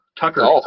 Tucker